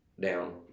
down